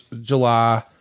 July